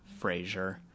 Frasier